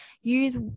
use